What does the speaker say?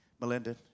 Melinda